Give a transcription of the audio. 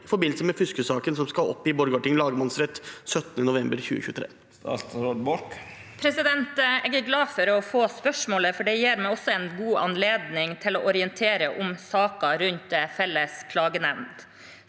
i forbindelse med fuskesaken som skal opp i Borgarting lagmannsrett 17. november 2023?» Statsråd Sandra Borch Jeg er glad for å få spørsmålet, for det gir meg en god anledning til å orientere om saken rundt Felles klagenemnd.